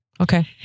Okay